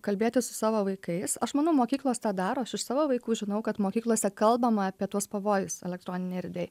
kalbėti su savo vaikais aš manau mokyklos tą daro aš iš savo vaikų žinau kad mokyklose kalbama apie tuos pavojus elektroninėj erdvėj